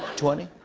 twenty?